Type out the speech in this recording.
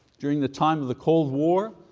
during the time of the cold war,